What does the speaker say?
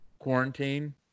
quarantine